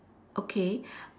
okay